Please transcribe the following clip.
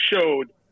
showed